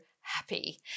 happy